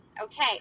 Okay